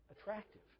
attractive